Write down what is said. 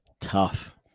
Tough